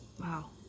Wow